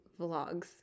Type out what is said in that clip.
vlogs